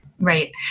Right